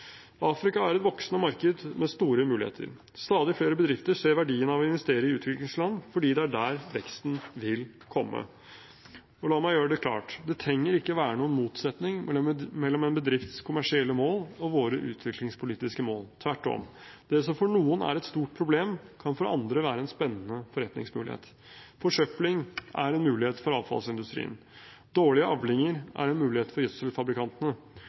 Afrika er et voksende marked med store muligheter. Stadig flere bedrifter ser verdien av å investere i utviklingsland fordi det er der veksten vil komme. Og la meg gjøre det klart: Det trenger ikke være noen motsetning mellom en bedrifts kommersielle mål og våre utviklingspolitiske mål. Tvert om: Det som for noen er et stort problem, kan for andre være en spennende forretningsmulighet: Forsøpling er en mulighet for avfallsindustrien. Dårlige avlinger er en mulighet for gjødselfabrikantene.